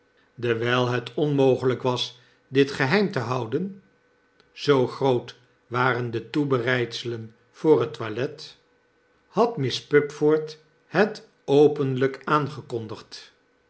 dewyl het onmogelyk was dit geheim te houden zoo groot waren de toebereidselen voor het toilet had miss pupford het openly k aangekondigd